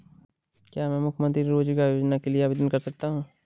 क्या मैं मुख्यमंत्री रोज़गार योजना के लिए आवेदन कर सकता हूँ?